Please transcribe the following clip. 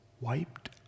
wiped